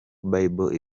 bible